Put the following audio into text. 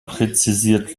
präzisiert